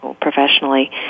professionally